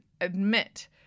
admit